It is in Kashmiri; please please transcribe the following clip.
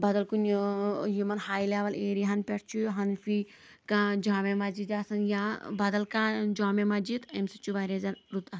بدل کُنۍ یِمن ہاے لیوٕل ایریاہن پیٹھ چھُ ہنفی کانٛہہ جامع مسجِدِ آسان یا بدل کانٛہہ جامِع مسجِد امہِ سۭتۍ چھُ واریاہ زیادٕ رُت اثر پٮ۪وان